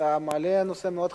אתה מעלה נושא מאוד חשוב.